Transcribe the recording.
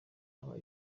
aba